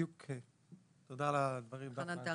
תודה על הדברים האלה.